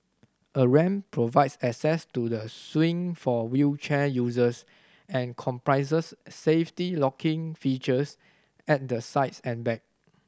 a ramp provides access to the swing for wheelchair users and comprises safety locking features at the sides and back